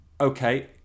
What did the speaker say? okay